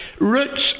Roots